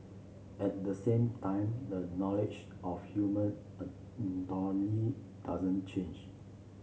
at the same time the knowledge of human anatomy doesn't change